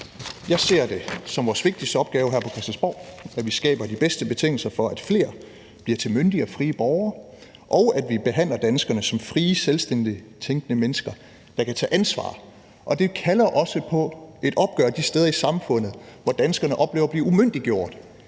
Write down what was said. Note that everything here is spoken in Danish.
Jeg ser det som vores vigtigste opgave her på Christiansborg, at vi skaber de bedste betingelser for, at flere bliver til myndige og frie borgere, og at vi behandler danskerne som frie, selvstændigt tænkende mennesker, der kan tage ansvar. Og det kalder også på et opgør de steder i samfundet, hvor danskerne oplever at blive umyndiggjort,